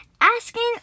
asking